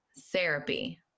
therapy